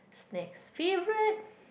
snacks favourite